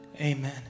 Amen